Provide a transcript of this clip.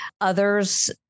Others